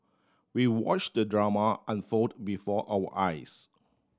we watch the drama unfold before our eyes